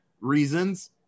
Reasons